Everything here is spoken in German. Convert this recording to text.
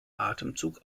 atemzug